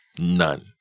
None